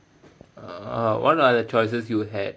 uh what are the choices you have